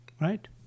right